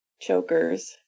Chokers